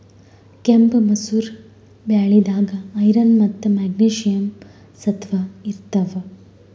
ಕೆಂಪ್ ಮಸೂರ್ ಬ್ಯಾಳಿದಾಗ್ ಐರನ್ ಮತ್ತ್ ಮೆಗ್ನೀಷಿಯಂ ಸತ್ವ ಇರ್ತವ್